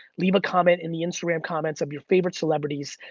leave a comment in the instagram comments of your favorite celebrities.